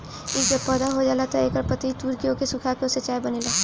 इ जब पौधा हो जाला तअ एकर पतइ तूर के ओके सुखा के ओसे चाय बनेला